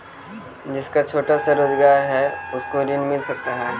जिसका छोटा सा रोजगार है उसको ऋण मिल सकता है?